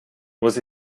muss